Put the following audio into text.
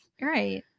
right